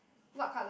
what colour